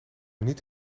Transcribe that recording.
niet